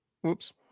whoops